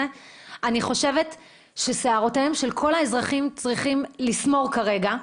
- אני חושבת ששערותיהם של כל האזרחים צריכות לסמור כרגע.